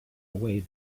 away